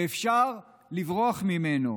שאפשר לברוח ממנו,